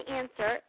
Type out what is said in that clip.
answer